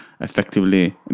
effectively